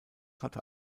hatte